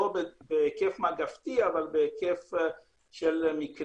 אולי לא בהיקף של מגפה אבל בהיקף של מקרים,